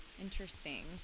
Interesting